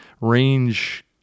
range